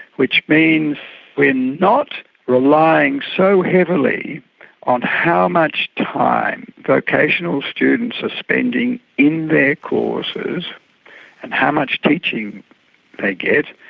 which means we're not relying so heavily on how much time vocational students are spending in their courses and how much teaching they get,